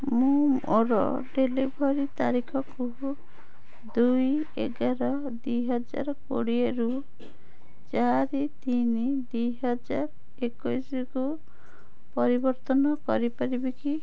ମୁଁ ମୋର ଡେଲିଭରି ତାରିଖକୁ ଦୁଇ ଏଗାର ଦୁଇହଜାର କୋଡ଼ିଏରୁ ଚାରି ତିନି ଦୁଇହଜାର ଏକୋଇଶକୁ ପରିବର୍ତ୍ତନ କରିପାରିବି କି